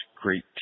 great